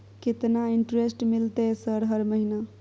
केतना इंटेरेस्ट मिलते सर हर महीना?